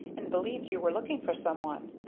and believed you were looking for someone.